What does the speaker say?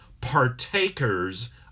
partakers